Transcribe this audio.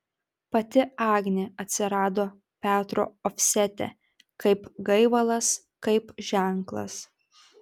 pati agnė atsirado petro ofsete kaip gaivalas kaip ženklas